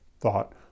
thought